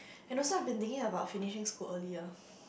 and also I've been thinking about finishing school earlier